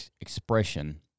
expression